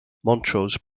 montrose